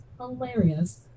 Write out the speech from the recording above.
hilarious